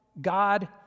God